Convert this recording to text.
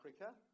Africa